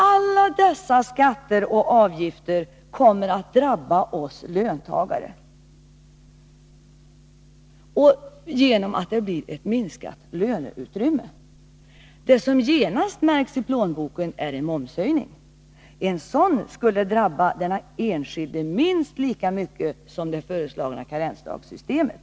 Alla dessa skatter och avgifter kommer att drabba oss löntagare genom minskat löneutrymme. Det som genast märks i plånboken är en momshöjning. En sådan skulle drabba den enskilde minst lika mycket som det föreslagna karensdagssystemet.